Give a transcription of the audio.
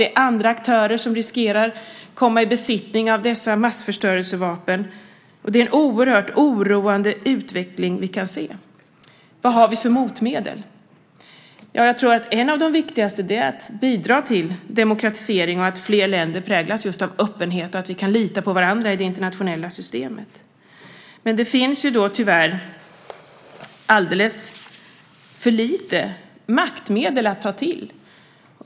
Det är andra aktörer som riskerar att komma i besittning av massförstörelsevapen. Det är en oerhört oroande utveckling vi kan se. Vad har vi för motmedel? Ett av de viktigaste tror jag är att bidra till demokratisering, att fler länder präglas av öppenhet och att vi kan lita på varandra i det internationella systemet. Tyvärr finns det alldeles för lite maktmedel att ta till.